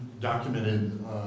documented